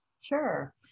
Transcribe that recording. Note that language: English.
Sure